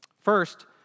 First